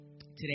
Today